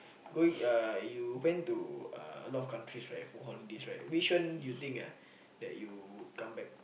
going uh you went to uh a lot of countries right for holidays right which one you think ah that you would come back